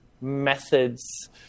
methods